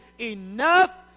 enough